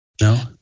no